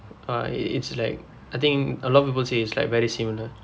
uh i~ it's like I think a lot of people say is like very similar